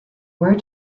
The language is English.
where